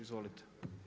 Izvolite.